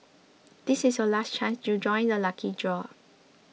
this is your last chance to join the lucky draw